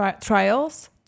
trials